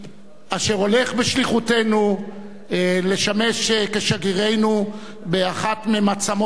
אשר הולך בשליחותנו לשמש כשגרירנו באחת ממעצמות העולם,